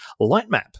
Lightmap